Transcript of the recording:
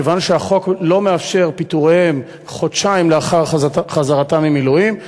מכיוון שהחוק לא מאפשר פיטוריהם חודשיים לאחר חזרתם ממילואים,